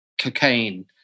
cocaine